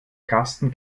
karsten